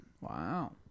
Wow